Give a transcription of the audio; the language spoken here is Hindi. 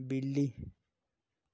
बिल्ली